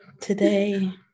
today